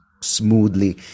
smoothly